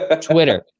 Twitter